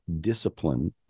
disciplined